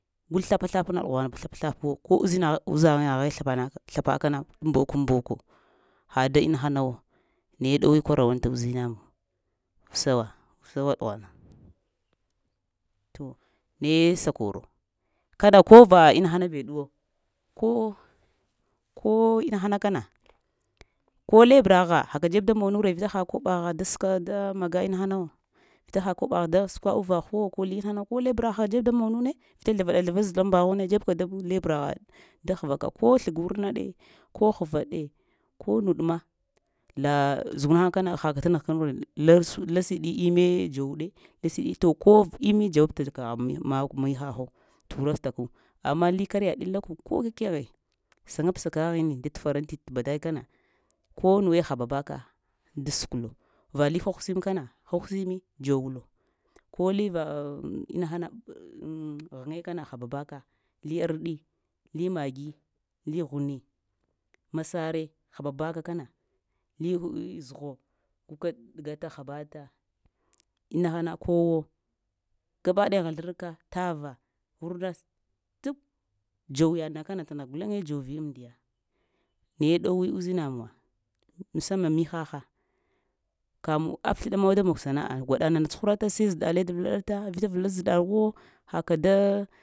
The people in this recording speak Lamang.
Gul slapa-slap ɗughan slapa-slapwo ko uzinagha uzanghe slapanaka slapakana mbokanmboko ha da inahanawo naye ɗowee kwarawanta uzinaban usawa, usawa ɗughana. Tooh nayə sakoro kaɗa ko va ina hana bəɗow ka ko inahanakana ko lebragha haka dzəb da monure vita ha koɓa gha dəsk damaga inahanawo vita ha koɓa gho das kwa uvahgwo ko linah ko lebrah ha dzəb da monune vita zla vaɗa zlava zɗla lanbaghuna dzəb ka dan lebragha dahvaka ko slap wurnade, ko hvaɗee, ko nuɗ-ma; la zugunha kana haka tanagh-kanure las lasiɗi im nə dzoɗe lasidi to ko imme dzwbta kagh makw mihahwo turaftaku amma lakarya ɗili ko kakeghə sa-ŋgab sakaghine dat faranti tbadaikana ko nuwee haba baka da sklo valee hwhsmə kana hwhsimi dzowala ko lee va ina hana ŋ ghinə kana hababaka lee ardi, lee maggi, lee ghuni, masare hababaka kana leeə zghuw, guka ɗgata habata inahana kowoo gaba ɗaya ghazirka, tava, wurna, stp dzo yaɗana kana tana guleŋə dzviyandiya naye ɗowee uzinamuwa musanman mihaha ka mun afsloɗawa da mon sanaa gwaɗa nana skuratana sai zɗlale da vlaɗa ta vita vlaɗa zɗlwo haka